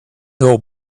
know